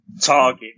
target